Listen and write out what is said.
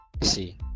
see